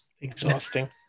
Exhausting